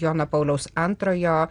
jono pauliaus antrojo